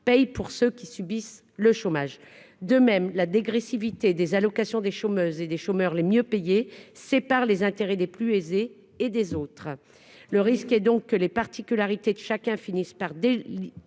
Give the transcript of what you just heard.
payent pour ceux qui subissent le chômage, de même la dégressivité des allocations des chômeuses et les chômeurs les mieux payés, sépare les intérêts des plus aisés et des autres, le risque est donc que les particularités de chacun finisse par des